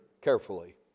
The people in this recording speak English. carefully